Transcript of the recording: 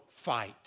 fight